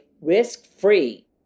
risk-free